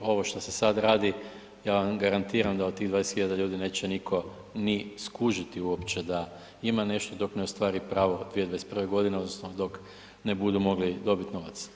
Ovo što se sad radi, ja vam garantiram da od tih 20 hiljada ljudi neće nitko ni skužiti uopće da ima nešto, dok ne ostvari pravo 2021. g. odnosno dok ne budu mogli dobiti novac.